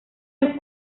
los